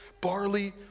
barley